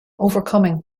overcoming